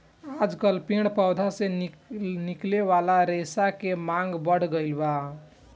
आजकल पेड़ पौधा से निकले वाला रेशा के मांग बढ़ गईल बा